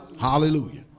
Hallelujah